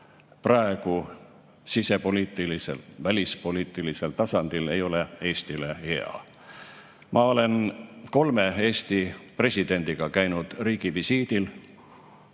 praegu sisepoliitiliselt välispoliitilisel tasandil, ei ole Eestile hea. Ma olen kolme Eesti presidendiga käinud riigivisiidil,